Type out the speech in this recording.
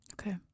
Okay